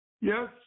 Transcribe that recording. Yes